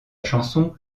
chanson